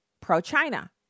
pro-China